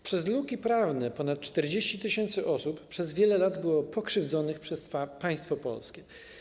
Przez luki prawne ponad 40 tys. osób przez wiele lat było pokrzywdzonych przez państwo polskie.